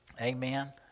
Amen